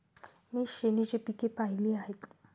मी श्रेणीची पिके पाहिली आहेत